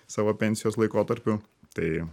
savo pensijos laikotarpiu tai